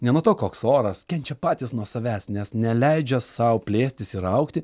ne nuo to koks oras kenčia patys nuo savęs nes neleidžia sau plėstis ir augti